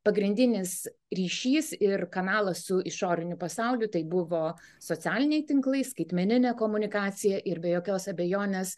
pagrindinis ryšys ir kanalas su išoriniu pasauliu tai buvo socialiniai tinklai skaitmeninė komunikacija ir be jokios abejonės